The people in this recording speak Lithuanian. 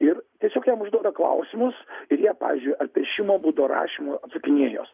ir tiesiog jam užduoda klausimus ir jie pavyzdžiui ar piešimo būdu ar rašymo atsakinėja į juos